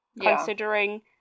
Considering